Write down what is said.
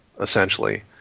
essentially